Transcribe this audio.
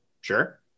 Sure